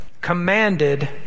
commanded